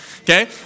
okay